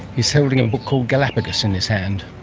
he's holding a book called galapagos in his hand.